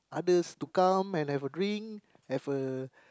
others to come and have a drink have a